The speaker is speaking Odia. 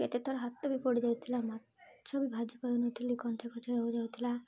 କେତେ ଥର ହାତ ବି ପଡ଼ିଯାଉଥିଲା ମାଛ ବି ଭାଜି ପାରୁନଥିଲି କଞ୍ଚା କଞ୍ଚା ରହିଯାଉଥିଲା